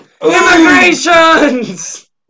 IMMIGRATIONS